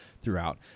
throughout